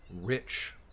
rich